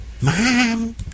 Mom